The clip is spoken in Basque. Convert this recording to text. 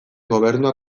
gobernuak